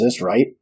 right